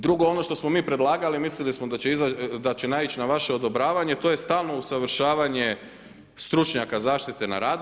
Drugo, ono što smo mi predlagali mislili smo da će naić na vaše odobravanje, to je stalno usavršavanje stručnjaka zaštite na radu.